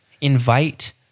Invite